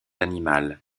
animal